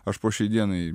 aš po šiai dienai